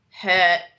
hurt